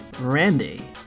Randy